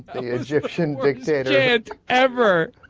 convicted ever